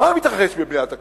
מה מתרחש בוועדת הכנסת?